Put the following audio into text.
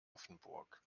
offenburg